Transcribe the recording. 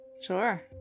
Sure